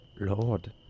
Lord